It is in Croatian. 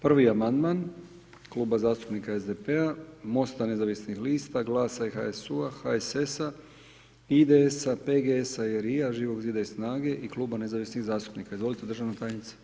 Prvi Amandman, kluba zastupnika SDP-a, MOST-a nezavisnih lista, Glasa i HSU-a, HSS-a, IDS-PGS-RI-a, Živog zida i Snage i kluba Nezavisnih zastupnika, izvolite državna tajnice.